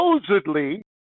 supposedly